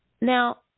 Now